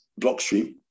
Blockstream